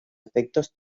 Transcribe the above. efectos